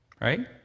right